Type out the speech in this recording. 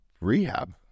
rehab